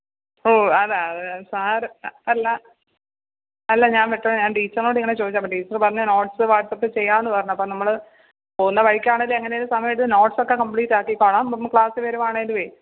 ഓ അതാ സാര അല്ല അല്ല ഞാൻ മറ്റേ ഞാൻ ടീച്ചറിനോട് ഇങ്ങനെ ചോദിച്ചതാണ് അപ്പം ടീച്ചറ് പറഞ്ഞ് നോട്സ് വാട്സ് അപ്പ് ചെയ്യാന്ന് പറഞ്ഞ് അപ്പം നമ്മള് പോകുന്ന വഴിക്കാണേലൂം എങ്ങനേലും സമയം എടുത്ത് നോട്സ് ഒക്കെ കംപ്ലീറ്റ് ആക്കി തരാം ക്ലാസിൽ വരുവാണേലുവേ